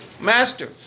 master